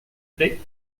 plait